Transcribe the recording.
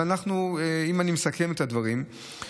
אם אני מסכם את הדברים,